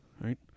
right